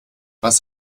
was